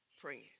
praying